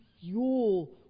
fuel